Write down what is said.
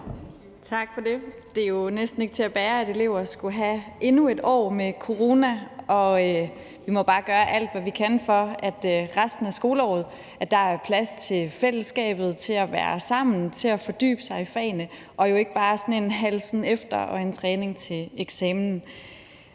Tak for det. Det er jo næsten ikke til at bære, at elever skulle have endnu et år med corona, og vi må bare gøre alt, hvad vi kan, for at der i resten af skoleåret er plads til fællesskabet, at være sammen og at fordybe sig i fagene og ikke bare sådan en halsen efter og træning til eksamen.